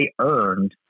earned